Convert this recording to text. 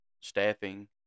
staffing